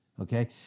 okay